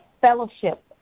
fellowship